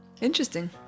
Interesting